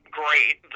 great